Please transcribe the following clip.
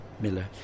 Miller